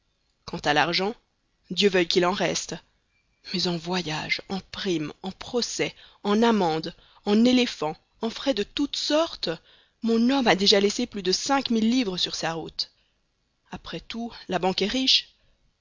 quant à l'argent dieu veuille qu'il en reste mais en voyages en primes en procès en amendes en éléphant en frais de toute sorte mon homme a déjà laissé plus de cinq mille livres sur sa route après tout la banque est riche